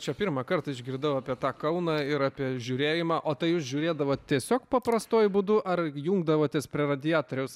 čia pirmąkart išgirdau apie tą kauną ir apie žiūrėjimą o tai jūs žiūrėdavot tiesiog paprastuoju būdu ar jungdavotės prie radiatoriaus